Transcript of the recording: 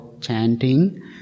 chanting